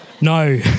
no